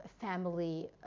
family